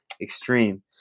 extreme